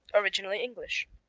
originally english.